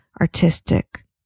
artistic